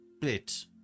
bit